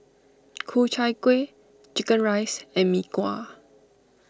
Ku Chai Kueh Chicken Rice and Mee Kuah